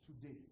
today